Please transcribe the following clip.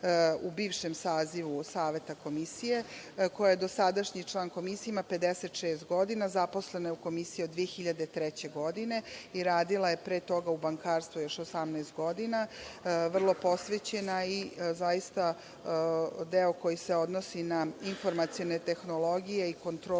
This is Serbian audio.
u bivšem sazivu Saveta Komisije, koja je dosadašnji član Komisije, ima 56 godina. Zaposlena je u Komisiji od 2003. godine i radila je pre toga u bankarstvu još 18 godina. Vrlo je posvećena i zaista delom koji se odnosi na informacione tehnologije i kontrolu